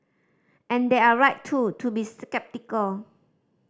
and they're right too to be sceptical